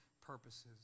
purposes